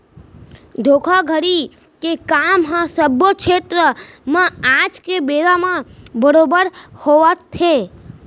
धोखाघड़ी के काम ह सब्बो छेत्र म आज के बेरा म बरोबर होवत हे